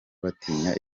batinya